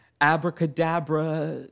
abracadabra